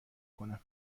کنم